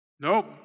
Nope